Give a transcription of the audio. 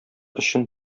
өчен